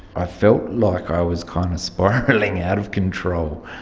i felt like i was kind of spiralling out of control.